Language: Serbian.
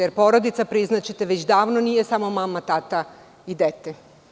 Jer, porodica, priznaćete, već davno nije samo mama, tata i dete.